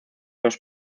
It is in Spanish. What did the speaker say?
los